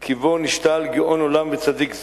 כי בו נשתל גאון עולם וצדיק זה.